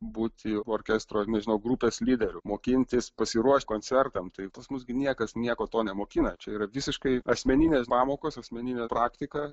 būti orkestro nežinau grupės lyderiu mokintis pasiruošt koncertam tai pas mus gi niekas nieko to nemokina čia yra visiškai asmeninės pamokos asmeninė praktika